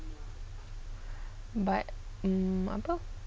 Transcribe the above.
but um apa